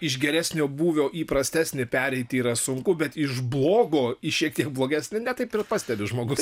iš geresnio būvio į prastesnį pereiti yra sunku bet iš blogo į šiek tiek blogesnį ne taip ir pastebi žmogus